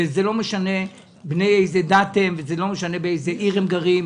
ולא משנה בני איזו דת הם ולא משנה באיזו עיר הם גרים.